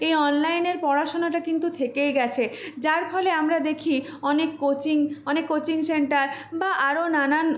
এই অনলাইনের পড়াশোনাটা কিন্তু থেকেই গেছে যার ফলে আমরা দেখি অনেক কোচিং অনেক কোচিং সেন্টার বা আরো নানান